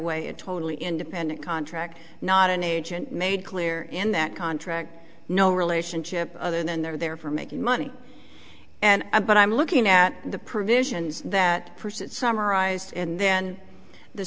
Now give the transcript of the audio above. way a totally independent contractor not an agent made clear in that contract no relationship other than they're there for making money and i but i'm looking at the provisions that present summarized and then the